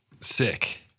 sick